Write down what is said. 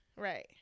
Right